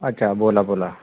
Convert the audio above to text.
अच्छा बोला बोला